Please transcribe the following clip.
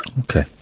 Okay